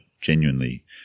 genuinely